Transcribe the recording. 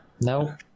No